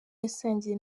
yasangiye